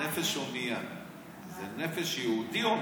ההמנון, "נפש הומייה"; זה "נפש יהודי".